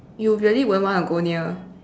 you really won't want to go near